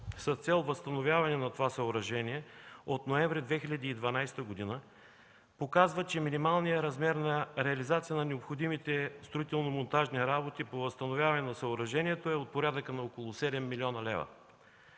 с цел възстановяване на това съоръжение от ноември 2012 г. показва, че минималният размер на реализация на необходимите строително-монтажни работи по възстановяване на съоръжението е от порядъка на около 7 млн. лв.